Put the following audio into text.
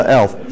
elf